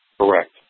Correct